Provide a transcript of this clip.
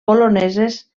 poloneses